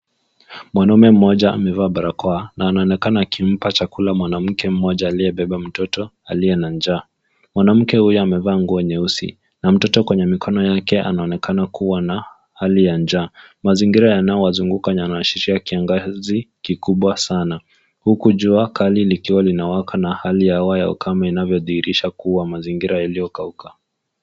Mwanaume mmoja amevaa barakoa na anaonekana akimpa chakula mwanamke mmoja aliyembeba mtoto aliye na njaa. Mwanamke huyu amevaa nguo nyeusi na mtoto kwenye mikono yake anaonekana kuwa na hali ya njaa. Mazingira yanayowazunguka yanahusisha kiangazi kikubwa sana huku jua kali likiwa linawaka na hali ya hewa ya ukame inavyodhihirisha kuwa mazingira yaliyokauka.